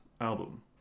album